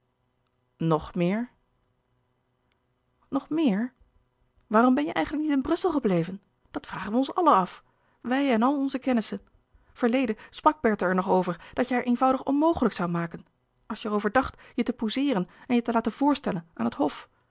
nog meer nog meer waarom ben je eigenlijk niet in brussel gebleven dat vragen we ons allen af wij en al onze kennissen verleden sprak bertha er nog over dat je haar eenvoudig onmogelijk zoû maken als je er over dacht je te pousseeren en je te laten voorstellen aan het hof